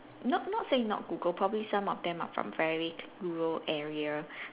not not saying not Google probably some of them are from very rural area